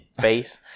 face